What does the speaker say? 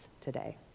today